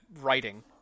writing